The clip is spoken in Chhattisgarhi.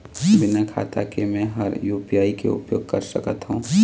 बिना खाता के म हर यू.पी.आई के उपयोग कर सकत हो?